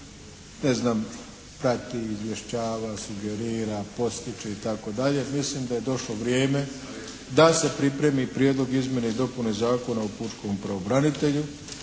ne znam, prati, izvješćava, sugerira, potiče itd. Mislim da je došlo vrijeme da se pripremi Prijedlog o izmjenama i dopune Zakona o pučkom pravobranitelju